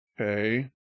Okay